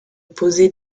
poser